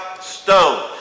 Stone